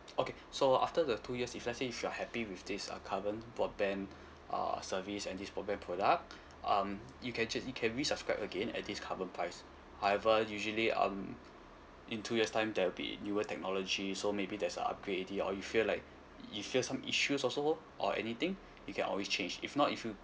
okay so after the two years if let's say if you are happy with this uh current broadband uh service and this broadband product um you can choose you can resubscribe again at this current price however usually um in two years' time there will be newer technology so maybe there's a upgrade already or you feel like if you have some issues also or anything you can always change if not if you